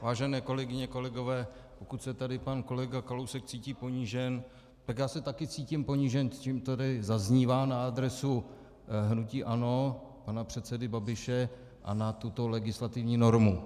Vážené kolegyně, kolegové, pokud se tady pan kolega Kalousek cítí ponížen, tak já se taky cítím ponížen tím, co tady zaznívá na adresu hnutí ANO pana předsedy Babiše a na tuto legislativní normu.